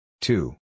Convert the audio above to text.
two